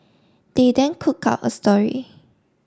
they then cook up a story